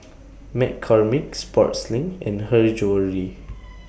McCormick Sportslink and Her Jewellery